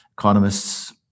Economists